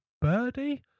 Birdie